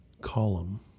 Column